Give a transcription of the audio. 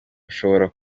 hashobora